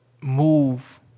move